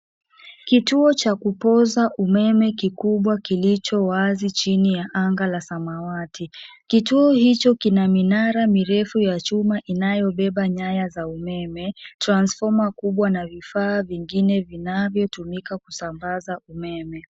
Kituo cha kupoza umeme kikubwa kilicho wazi chini ya anga la samawati. Kituo hicho kina minara mirefu ya chuma inayobeba nyaya za umeme, transfoma kubwa na vifaa vingine vinavyotumika kusambaza umeme.